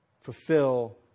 fulfill